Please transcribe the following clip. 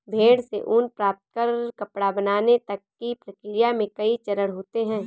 भेड़ से ऊन प्राप्त कर कपड़ा बनाने तक की प्रक्रिया में कई चरण होते हैं